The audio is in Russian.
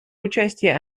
участия